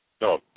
No